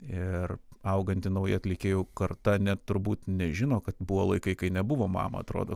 ir auganti nauja atlikėjų karta net turbūt nežino kad buvo laikai kai nebuvo mama atrodo